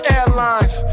Airlines